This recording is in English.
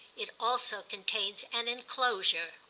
it also contains an enclosure.